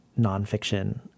nonfiction